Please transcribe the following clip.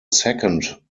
second